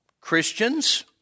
Christians